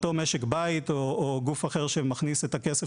אותו משק בית או גוף אחר שמכניס את הכסף